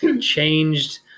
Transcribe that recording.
changed